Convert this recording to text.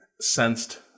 sensed